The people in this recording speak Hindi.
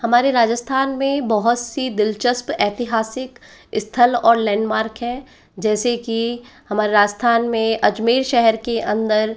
हमारे राजस्थान में बहुत सी दिलचस्प ऐतिहासिक स्थल और लैंडमार्क है जैसे कि हमारे राजस्थान में अजमेर शहर के अंदर